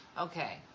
Okay